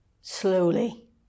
Slowly